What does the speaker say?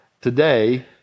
today